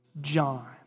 John